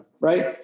right